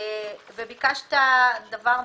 ביקשת דבר נוסף,